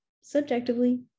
Subjectively